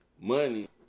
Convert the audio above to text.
Money